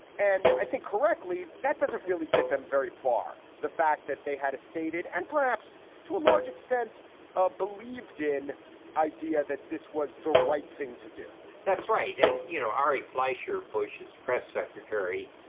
and i think correctly, that doesn't really get them very far. the fact that they had a stated and perhaps to a large extent ah believed in idea that this was the right thing to do that's right. and, you know, ari fleischer, bush's press secretary,